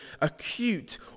acute